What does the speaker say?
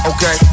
Okay